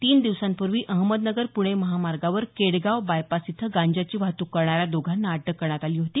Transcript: तीन दिवसांपूर्वी अहमदनगर पुणे महामार्गावर केडगाव बायपास इथं गांजाची वाहतूक करणाऱ्या दोघांना अटक करण्यात आली होती